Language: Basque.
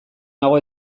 nago